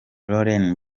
lauren